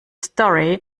story